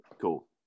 cool